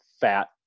fat